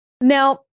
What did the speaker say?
Now